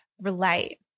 relate